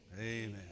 Amen